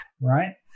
right